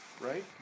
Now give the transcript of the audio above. right